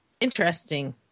Interesting